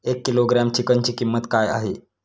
एक किलोग्रॅम चिकनची किंमत काय आहे?